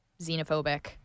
xenophobic